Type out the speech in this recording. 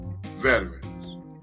veterans